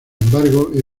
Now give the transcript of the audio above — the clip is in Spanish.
embargo